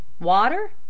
Water